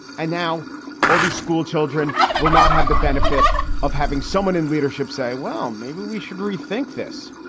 and now all these schoolchildren will not have the benefit of having someone in leadership say, well, maybe we should rethink this.